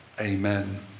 Amen